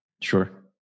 Sure